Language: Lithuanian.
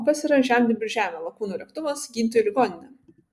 o kas yra žemdirbiui žemė lakūnui lėktuvas gydytojui ligoninė